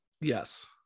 Yes